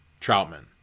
Troutman